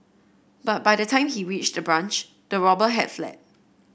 but by the time he reached the branch the robber had fled